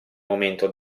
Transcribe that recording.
momento